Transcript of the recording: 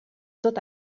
tot